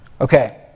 Okay